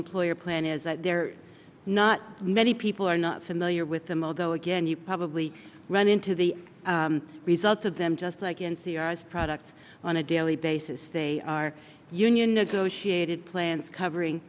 employer plan is that there are not many people are not familiar with the mo though again you probably run into the results of them just like in c r s products on a daily basis they are union negotiated plans covering